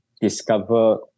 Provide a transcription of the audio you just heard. discover